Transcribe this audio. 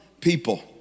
people